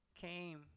came